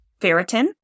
Ferritin